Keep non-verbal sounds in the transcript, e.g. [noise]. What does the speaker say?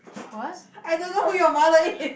what [noise]